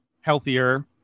healthier